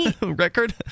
record